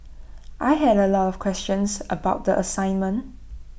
I had A lot of questions about the assignment